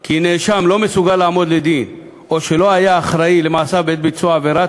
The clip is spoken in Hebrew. כי נאשם לא מסוגל לעמוד לדין או שלא היה אחראי למעשיו בעת ביצוע העבירה.